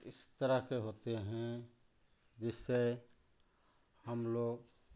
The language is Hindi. इस तरह के होते हैं जिससे हमलोग